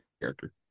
character